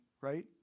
right